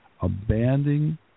abandoning